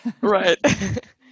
right